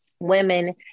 women